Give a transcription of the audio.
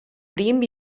prim